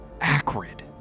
acrid